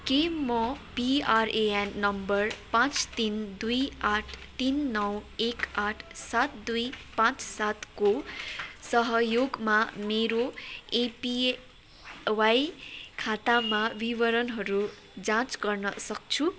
के म PRAN number पाँच तिन दुई आठ तिन नौ एक आठ सात दुई पाँच सातको सहयोगमा मेरो एपिवाई खातामा विवरणहरू जाँच गर्न सक्छु